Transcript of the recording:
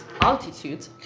altitude